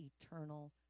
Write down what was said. eternal